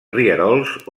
rierols